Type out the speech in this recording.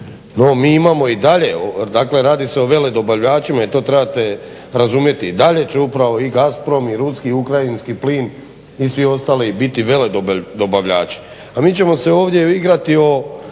No, mi imao i dalje, dakle radi se o veledobavljačima i to trebate razumjeti i dalje će upravo i Gazprom, i ruski, i ukrajinski plin i svi ostali biti veledobavljači. A mi ćemo se ovdje igrati o